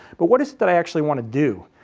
but what is it that i actually want to do?